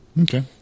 Okay